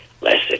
Listen